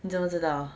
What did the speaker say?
你这么知道